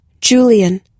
Julian